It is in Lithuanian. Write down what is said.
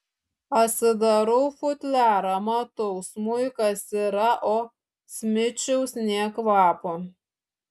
atsidarau futliarą matau smuikas yra o smičiaus nė kvapo